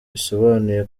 bisobanuye